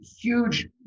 huge